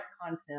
content